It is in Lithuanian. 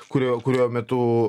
kurio kurio metu